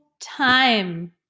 time